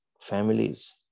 families